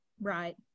right